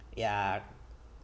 ya